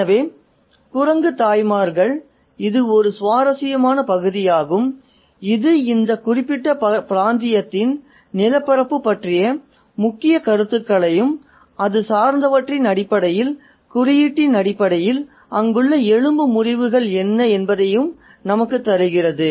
எனவே குரங்கு தாய்மார்கள் இது ஒரு சுவாரஸ்யமான பகுதியாகும் இது இந்த குறிப்பிட்ட பிராந்தியத்தின் நிலப்பரப்பு பற்றிய முக்கிய கருத்துகளையும் அது சார்ந்தவற்றின் அடிப்படையில் குறியீட்டின் அடிப்படையில் அங்குள்ள எலும்பு முறிவுகள் என்ன என்பதையும் நமக்குத் தருகிறது